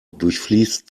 durchfließt